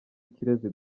ikirezi